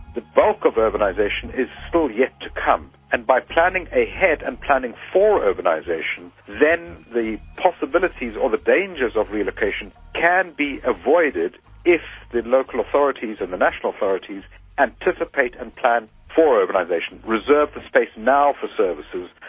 the bulk of urbanisation is still yet to come. and by planning ahead and planning for urbanisation, then the possibilities or the dangers of relocation can be avoided if the local authorities and the national authorities anticipate and plan for urbanisation. reserve the space now for services.